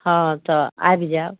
हँ तऽ आबि जायब